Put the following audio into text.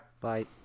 Bye